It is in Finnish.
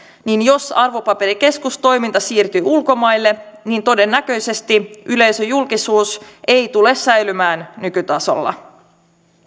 niin jos arvopaperikeskustoiminta siirtyy ulkomaille niin todennäköisesti yleisöjulkisuus ei tule säilymään nykytasolla